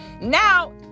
Now